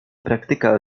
praktyka